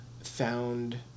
found